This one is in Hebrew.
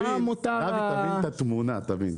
דוד תבין את התמונה, תבין,